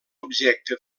objecte